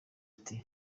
ati